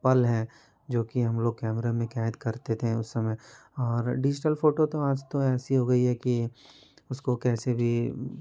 पल है जो कि हम लोग कैमरे में क़ैद करते थे उस समय और डिजिटल फ़ोटो तो आज तो ऐसी हो गई है कि उसको कैसे भी